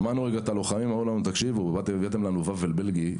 שמענו את הלוחמים והם אמרו לנו: הבאתם לנו ופל בלגי,